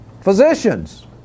Physicians